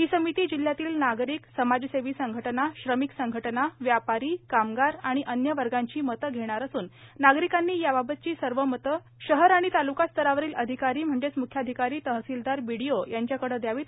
ही समिती जिल्ह्यातील नागरिक समाजसेवी संघटना श्रमिक संघटना व्यापारी कामगार आणि अन्य वर्गाची मते घेणार असुन नागरिकांनी याबाबतची मते सर्व शहर आणि तालुका स्तरावरील अधिकारी म्हणजेच म्ख्याधिकारी तहसीलदार बिडिओ यांच्याकडे द्यावीत